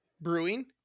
Brewing